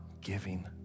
giving